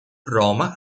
roma